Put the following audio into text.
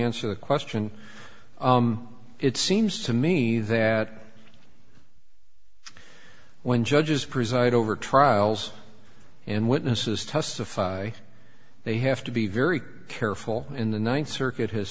answer the question it seems to me that when judges preside over trials and witnesses testify they have to be very careful in the ninth circuit has